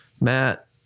matt